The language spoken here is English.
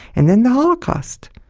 and then the holocaust!